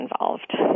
involved